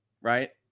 right